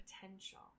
potential